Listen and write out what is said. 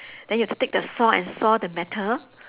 then you have to take the saw and saw the metal